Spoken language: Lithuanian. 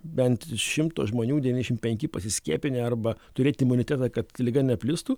bent iš šimto žmonių devyndešimt penki pasiskiepinę arba turėt imunitetą kad liga neplistų